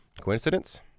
Coincidence